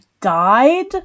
died